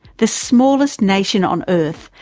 the smallest nation on earth,